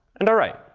and all right.